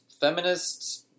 feminists